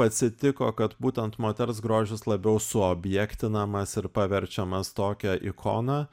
atsitiko kad būtent moters grožis labiau suobjektinamas ir paverčiamas tokia ikona